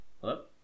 Hello